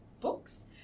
books